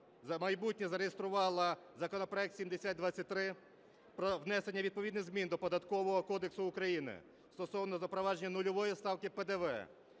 майбутнє" зареєструвала законопроект 7023 про внесення відповідних змін до Податкового кодексу України стосовно запровадження нульової ставки ПДВ